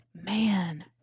Man